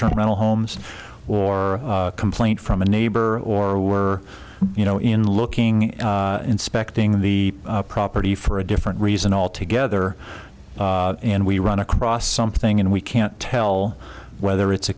term rental homes or complaint from a neighbor or were you know in looking inspecting the property for a different reason altogether and we run across something and we can't tell whether it's a